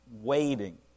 Waiting